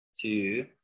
two